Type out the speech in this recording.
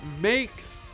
makes